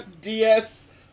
DS